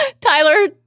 Tyler